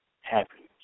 happiness